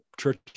Church